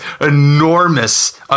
enormous